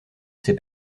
ses